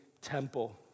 temple